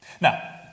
Now